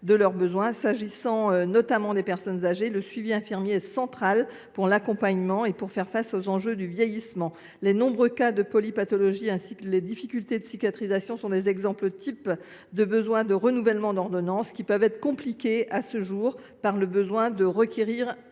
leurs besoins. S’agissant notamment des personnes âgées, le suivi infirmier est central pour les accompagner et pour faire face aux enjeux du vieillissement. Les nombreux cas de polypathologies ainsi que les difficultés de cicatrisation sont des exemples types de besoins de renouvellement d’ordonnance qui peuvent être compliqués, précisément à cause de la